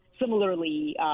Similarly